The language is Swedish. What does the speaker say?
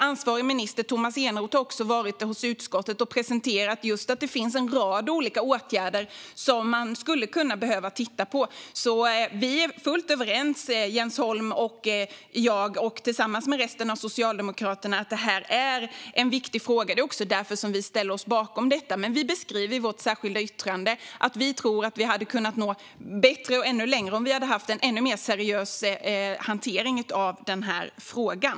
Ansvarig minister, Tomas Eneroth, har också varit i utskottet och presenterat att det finns en rad olika åtgärder som man skulle behöva titta på. Jens Holm, jag och resten av Socialdemokraterna är överens om att detta är en viktig fråga. Det är också därför som vi ställer oss bakom detta. Men vi beskriver i vårt särskilda yttrande att vi tror att vi hade kunnat nå ännu längre om vi hade haft en mer seriös hantering av frågan.